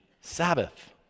Sabbath